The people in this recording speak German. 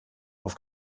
auf